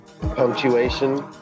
punctuation